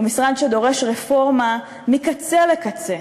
הוא משרד שדורש רפורמה מקצה לקצה,